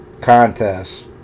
contests